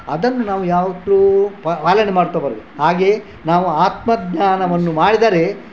ಅದನ್ನು ನಾವು ಯಾವತ್ತೂ ಪಾಲನೆ ಮಾಡ್ತಾ ಬರಬೇಕು ಹಾಗೆಯೇ ನಾವು ಆತ್ಮ ಜ್ಞಾನವನ್ನು ಮಾಡಿದರೆ